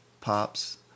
pops